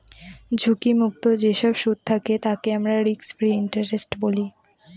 ঝুঁকি মুক্ত যেসব সুদ থাকে তাকে আমরা রিস্ক ফ্রি ইন্টারেস্ট বলি